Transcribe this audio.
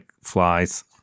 flies